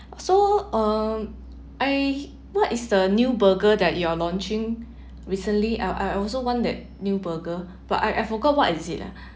so um I what is the new burger that you're launching recently I I also want that new burger but I I forgot what is it ah